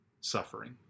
suffering